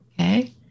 okay